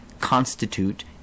constitute